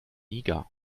niger